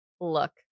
look